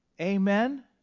Amen